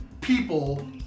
people